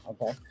Okay